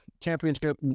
championship